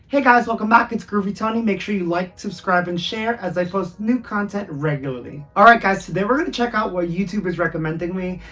hey guys welcome back, it's groovy tony! make sure you like, subscribe and share as i post new content regularly! alright guys, today we're gonna check out what youtube is recommending me!